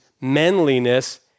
manliness